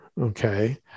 okay